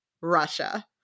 Russia